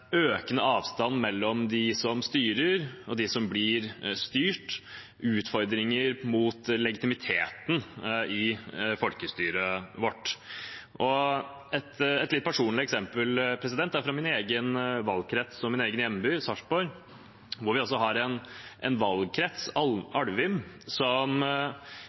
økende avstand mellom de som styrer, og de som blir styrt, utfordringer mot legitimiteten i folkestyret vårt. Et litt personlig eksempel er fra min egen valgkrets og min egen hjemby, Sarpsborg, hvor vi har en valgkrets, Alvim, som